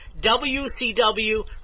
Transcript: WCW